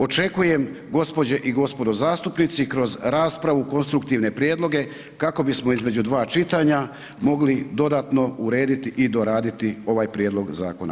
Očekujem gospođe i gospodo zastupnici kroz raspravu konstruktivne prijedloge kako bismo između dva čitanja mogli dodatno urediti i doraditi ovaj prijedlog zakona.